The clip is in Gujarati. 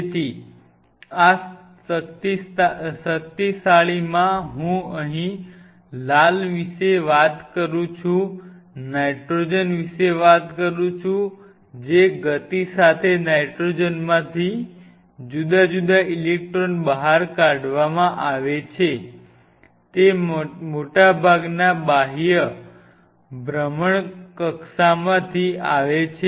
તેથી આ શક્તિશાળીમાં હું અહીં લાલ વિશે વાત કરું છું નાઇટ્રોજન વિશે વાત કરું છું જે ગતિ સાથે નાઇટ્રોજનમાંથી જુદા જુદા ઇલેક્ટ્રોન બહાર કાવામાં આવે છે તે મોટાભાગના બાહ્ય ભ્રમણકક્ષામાંથી આવે છે